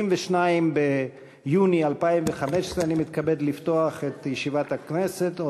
22 ביוני 2015. אני מתכבד לפתוח את ישיבת הכנסת.